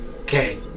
Okay